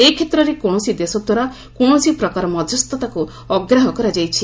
ଏକ୍ଷେତ୍ରରେ କୌଣସି ଦେଶଦ୍ୱାରା କୌଣସି ପ୍ରକାର ମଧ୍ୟସ୍ଥତାକୁ ଅଗ୍ରାହ୍ୟ କରାଯାଇଛି